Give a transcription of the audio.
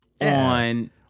on